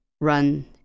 run